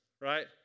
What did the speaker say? right